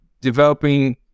developing